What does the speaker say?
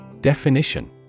Definition